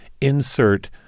insert